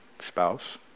spouse